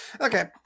okay